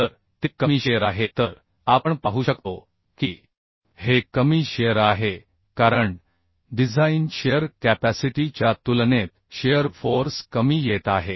तर ते कमी शिअर आहे तर आपण पाहू शकतो की हे कमी शिअर आहे कारण डिझाइन शिअर कॅपॅसिटी च्या तुलनेत शिअर फोर्स कमी येत आहे